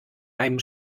einem